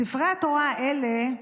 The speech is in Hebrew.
ספרי התורה האלה,